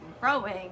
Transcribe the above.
growing